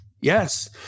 yes